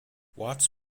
watts